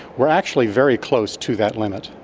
are actually very close to that limit.